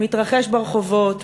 מתרחש ברחובות,